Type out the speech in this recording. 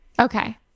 Okay